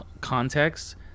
context